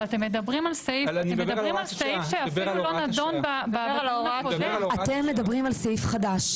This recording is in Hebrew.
אבל אתם מדברים על סעיף שאפילו לא נדון --- אתם מדברים על סעיף חדש,